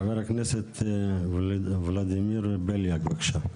חבר הכנסת ולדימיר בליאק, בבקשה.